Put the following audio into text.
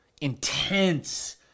intense